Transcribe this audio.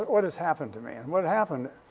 what has happened to me? and what happened,